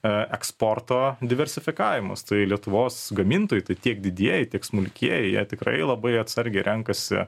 eksporto diversifikavimas tai lietuvos gamintojai tiek didieji tiek smulkieji jie tikrai labai atsargiai renkasi